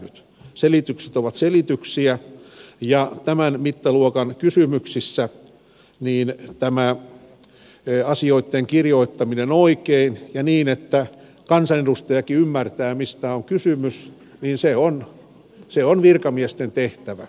selitykset ovat selityksiä ja tämän mittaluokan kysymyksissä tämä asioitten kirjoittaminen oikein ja niin että kansanedustajakin ymmärtää mistä on kysymys on virkamiesten tehtävä